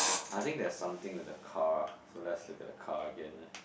I think there's something with the car so let's look at the car again